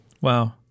Wow